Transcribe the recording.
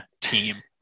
team